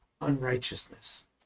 unrighteousness